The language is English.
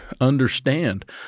understand